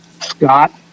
Scott